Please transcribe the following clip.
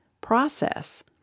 process